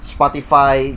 Spotify